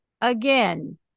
Again